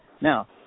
Now